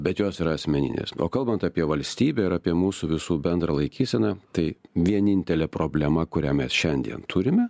bet jos yra asmeninės o kalbant apie valstybę ir apie mūsų visų bendrą laikyseną tai vienintelė problema kurią mes šiandien turime